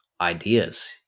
ideas